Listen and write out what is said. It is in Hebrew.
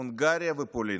הונגריה ופולין,